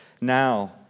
now